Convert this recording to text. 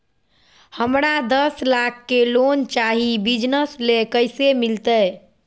हमरा दस लाख के लोन चाही बिजनस ले, कैसे मिलते?